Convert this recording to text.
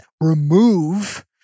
remove